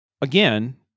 Again-